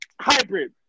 Hybrid